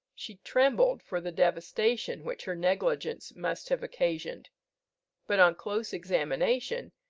she trembled for the devastation which her negligence must have occasioned but, on close examination,